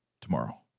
tomorrow